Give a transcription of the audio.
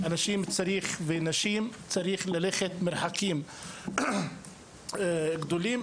צריך ללכת מרחקים גדולים.